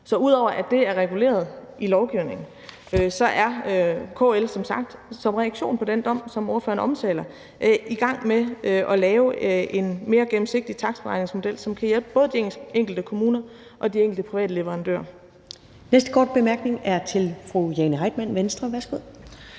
Og ud over at det er reguleret i lovgivningen, er KL som sagt som reaktion på den dom, som ordføreren omtaler, i gang med at lave en mere gennemsigtig takstberegningsmodel, som kan hjælpe både de enkelte kommuner og de enkelte privatleverandører.